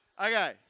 okay